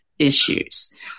issues